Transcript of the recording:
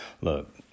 Look